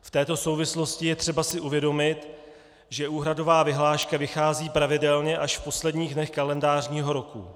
V této souvislosti si je třeba uvědomit, že úhradová vyhláška vychází pravidelně až v posledních dnech kalendářního roku.